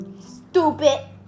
stupid